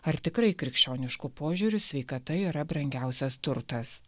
ar tikrai krikščionišku požiūriu sveikata yra brangiausias turtas